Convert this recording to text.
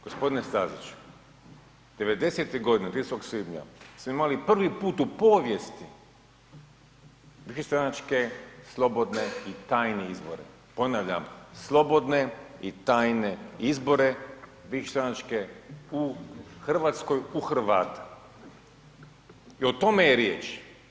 Gospodine Staziću '90. godine 30. svibnja smo imali prvi put u povijesti višestranačke, slobodne i tajne izbore, ponavljam slobodne i tajne izbore višestranačke u Hrvatskoj u Hrvata i o tome je riječ.